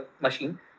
machine